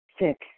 Six